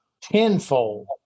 tenfold